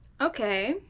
Okay